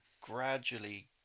gradually